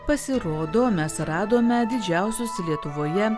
pasirodo mes radome didžiausius lietuvoje